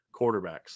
quarterbacks